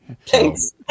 Thanks